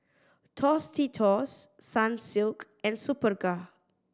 Tostitos Sunsilk and Superga